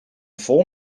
vol